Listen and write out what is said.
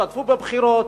ישתתפו בבחירות,